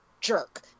jerk